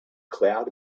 cloud